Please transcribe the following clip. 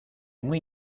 muy